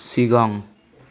सिगां